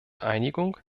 einigung